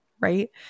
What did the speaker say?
right